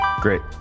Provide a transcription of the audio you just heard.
Great